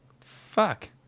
fuck